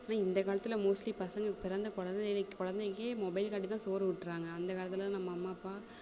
ஆனால் இந்த காலத்தில் மோஸ்ட்லீ பசங்க பிறந்த குழந்தைங்களுக்கு குழந்தைங்களுக்கே மொபைல் காட்டிதான் சோறு ஊட்டுறாஙக அந்த காலத்தில் நம்ம அம்மா அப்பா